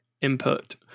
input